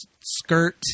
skirt